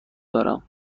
دارم